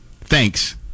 Thanks